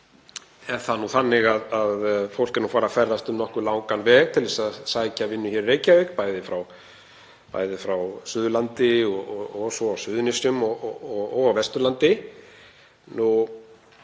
þannig að fólk ferðast um nokkuð langan veg til að sækja vinnu hér í Reykjavík, bæði frá Suðurlandi og svo á Suðurnesjum og Vesturlandi.